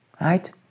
right